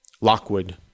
Lockwood